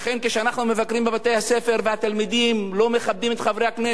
כאשר אנחנו מבקרים בבתי-הספר והתלמידים לא מכבדים את חברי הכנסת,